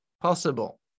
possible